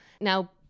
Now